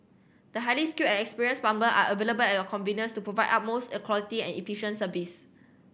the highly skilled and experienced plumber are available at your convenience to provide utmost a quality and efficient service